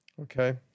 Okay